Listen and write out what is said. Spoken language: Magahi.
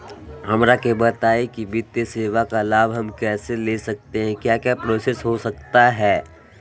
हमरा के बताइए की वित्तीय सेवा का लाभ हम कैसे ले सकते हैं क्या क्या प्रोसेस हो सकता है?